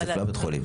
לא בית החולים.